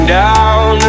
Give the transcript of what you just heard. down